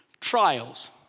trials